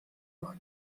noch